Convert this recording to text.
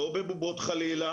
לא בבובות חלילה